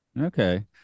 Okay